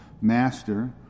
master